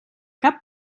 cap